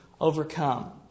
overcome